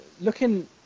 Looking